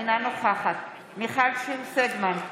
אינה נוכחת מיכל שיר סגמן,